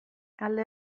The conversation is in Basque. alde